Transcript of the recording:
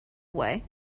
way